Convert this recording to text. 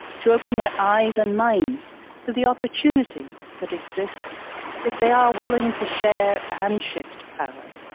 to open their eyes and minds to the opportunities that exist if they are willing to share and shift power.